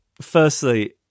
firstly